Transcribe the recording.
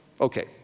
Okay